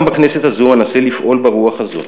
גם בכנסת הזו אנסה לפעול ברוח הזו,